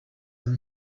are